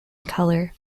colour